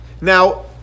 Now